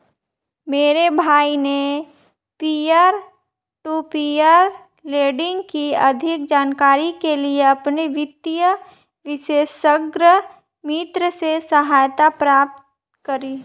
मेरे भाई ने पियर टू पियर लेंडिंग की अधिक जानकारी के लिए अपने वित्तीय विशेषज्ञ मित्र से सहायता प्राप्त करी